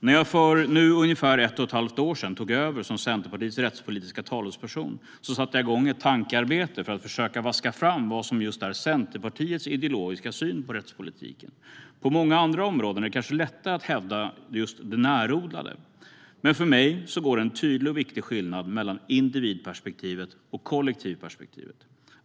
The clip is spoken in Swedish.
När jag för nu ungefär ett och ett halvt år sedan tog över som Centerpartiets rättspolitiska talesperson satte jag igång ett tankearbete för att försöka vaska fram vad som just är Centerpartiets ideologiska syn på rättspolitiken. På många andra områden är det kanske lättare att hävda just det närodlade, men för mig går det en tydlig och viktig skillnad mellan individperspektivet och kollektivperspektivet.